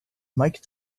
mike